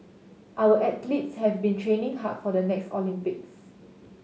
our athletes have been training hard for the next Olympics